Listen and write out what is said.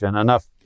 enough